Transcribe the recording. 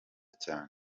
cyane